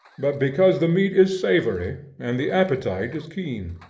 but because the meat is savory and the appetite is keen.